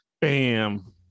bam